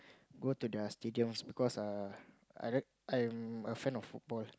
go to their stadiums because err I like I'm a fan of football